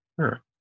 Sure